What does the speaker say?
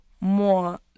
more